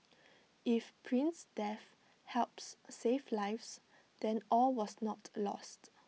if prince's death helps save lives then all was not lost